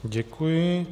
Děkuji.